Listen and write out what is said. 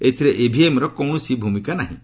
ଏଥରେ ଇଭିଏମ୍ର କୌଣସି ଭୂମିକା ନାହିଁ